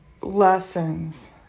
lessons